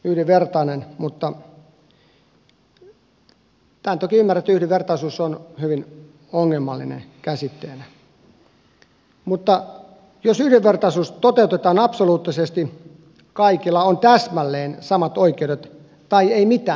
tämän toki ymmärrän että yhdenvertaisuus on hyvin ongelmallinen käsitteenä mutta jos yhdenvertaisuus toteutetaan absoluuttisesti kaikilla on täsmälleen samat oikeudet tai ei mitään oikeuksia